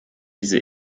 diese